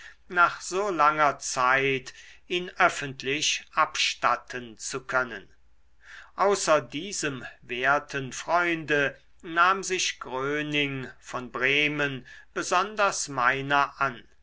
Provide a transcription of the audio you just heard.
nach so langer zeit ihn öffentlich abstatten zu können außer diesem werten freunde nahm sich gröning von bremen besonders meiner an